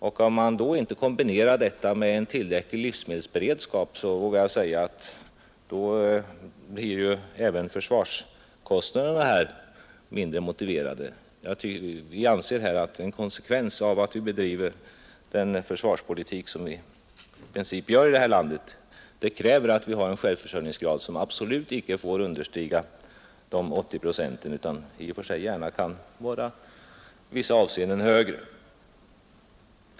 Om man inte kombinerar detta med en tillräcklig livsmedelsberedskap, då blir — det vågar jag säga — även försvarskostnaderna mindre motiverade. Vi menar att en konsekvens av att vi bedriver den försvarspolitik som vi i princip för här i landet måste vara att vi har en självförsörjningsgrad som absolut icke får understiga de 80 procenten utan i vissa avseenden i och för sig gärna kan vara högre.